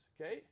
okay